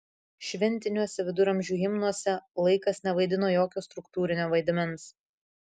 šventiniuose viduramžių himnuose laikas nevaidino jokio struktūrinio vaidmens